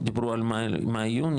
דיברו על מאי יוני.